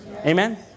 Amen